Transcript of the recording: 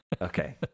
okay